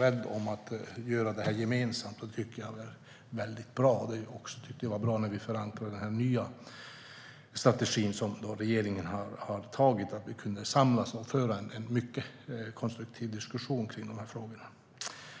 rädd om att detta ska göras gemensamt. Det tycker jag är bra. Jag tycker också att det är bra att vi kunde samlas och föra en mycket konstruktiv diskussion om dessa frågor när vi förankrade den nya strategi som regeringen har antagit.